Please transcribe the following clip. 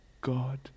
God